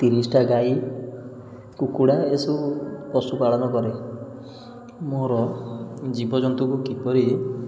ତିରିଶଟା ଗାଇ କୁକୁଡ଼ା ଏସବୁ ପଶୁପାଳନ କରେ ମୋର ଜୀବଜନ୍ତୁକୁ କିପରି